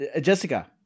Jessica